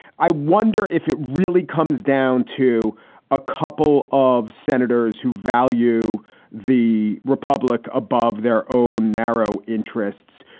i wonder if it really comes down to a couple of senators who value the republic above their own narrow interests.